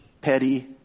petty